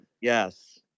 yes